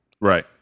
right